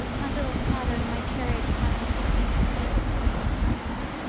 my little saturn, my chariot to heaven, starts to feel like a plane.